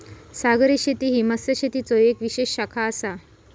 सागरी शेती ही मत्स्यशेतीचो येक विशेष शाखा आसा